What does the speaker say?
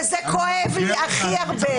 וזה כואב לי הכי הרבה,